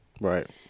Right